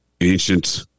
ancient